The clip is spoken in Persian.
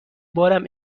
بارم